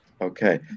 Okay